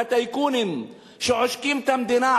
לטייקונים שעושקים את המדינה,